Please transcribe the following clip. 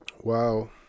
Wow